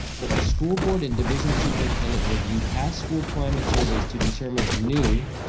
that the school board and division superintendent review past school climate surveys to determine if new,